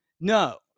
No